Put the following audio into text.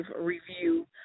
review